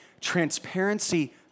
Transparency